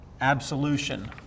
absolution